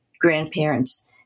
grandparents